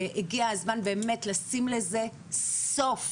הגיע הזמן לשים לזה סוף.